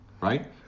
right